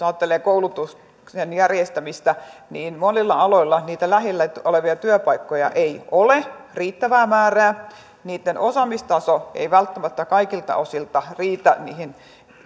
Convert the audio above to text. ajattelee koulutuksen järjestämistä monilla aloilla niitä lähellä olevia työpaikkoja ei ole riittävää määrää niitten osaamistaso ei välttämättä kaikilta osilta riitä